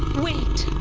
wait!